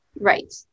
Right